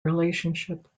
relationship